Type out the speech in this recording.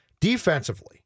defensively